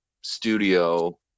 studio